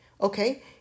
Okay